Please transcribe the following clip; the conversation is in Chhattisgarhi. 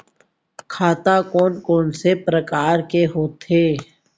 खाता कोन कोन से परकार के होथे?